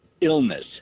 illness